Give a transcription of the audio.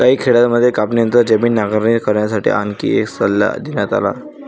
काही खेड्यांमध्ये कापणीनंतर जमीन नांगरणी करण्यासाठी आणखी एक सल्ला देण्यात आला